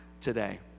today